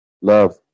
Love